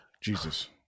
Jesus